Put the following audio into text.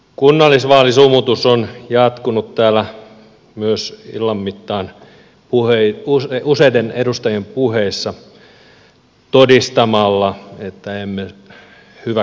kunnallisvaalisumutus on jatkunut täällä illan mittaan useiden edustajien puheissa heidän todistaessa että he eivät hyväksy pakkoliitoksia